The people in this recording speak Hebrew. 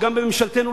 שגם בממשלתנו,